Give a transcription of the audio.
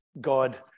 God